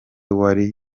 wari